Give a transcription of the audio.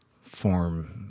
form